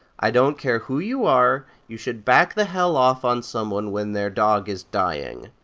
i don't care who you are, you should back the hell off on someone when their dog is dying.